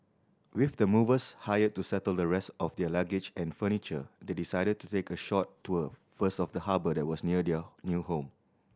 with the movers hired to settle the rest of their luggage and furniture they decided to take a short tour first of the harbour that was near their new home